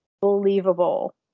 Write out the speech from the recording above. believable